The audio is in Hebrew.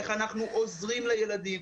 איך אנחנו עוזרים לילדים,